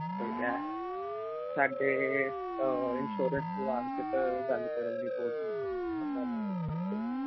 ਠੀਕ ਆ ਸਾਡੇ ਇੰਸ਼ੋਰੈਂਸ ਦੇ ਵਿਭਾਗ ਵਿੱਚ ਗੱਲ ਕਰਨ ਦੀ ਲਈ ਬਹੁਤ ਬਹੁਤ ਧੰਨਵਾਦ ਤੁਹਾਡਾ ਦਿਨ ਸ਼ੁਭ ਰਹੇ